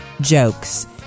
jokes